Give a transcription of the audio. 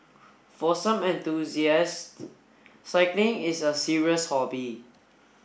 for some enthusiasts cycling is a serious hobby